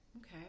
okay